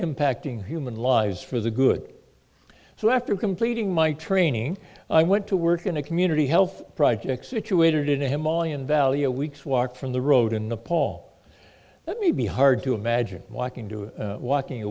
impacting human lives for the good so after completing my training i went to work in a community health project situated in a himalayan value a weeks walk from the road in nepal that may be hard to imagine walking to a walking a